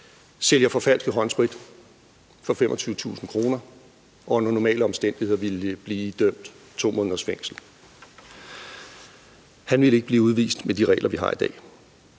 sælger forfalsket håndsprit for 25.000 kr., og som under normale omstændigheder ville blive idømt 2 måneders fængsel. Han ville ikke blive udvist med de regler, vi har i dag.